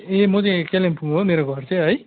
ए म चाहिँ यहाँ कालिम्पोङ हो मेरो घर चाहिँ है